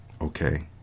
okay